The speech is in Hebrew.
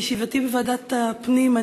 בישיבתי בוועדת הפנים,